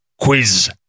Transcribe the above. quiz